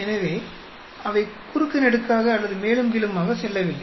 எனவே அவை குறுக்குநெடுக்காக அல்லது மேலும்கீழுமாக செல்லவில்லை